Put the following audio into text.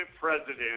president